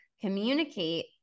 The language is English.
communicate